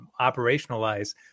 operationalize